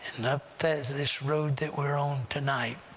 and up this road that we're on tonight,